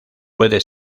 puede